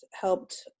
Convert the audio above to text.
helped